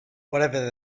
whatever